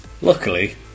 luckily